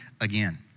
again